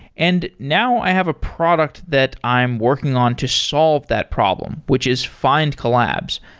and now i have a product that i am working on to solve that problem, which is findcollabs.